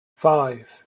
five